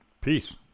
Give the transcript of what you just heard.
Peace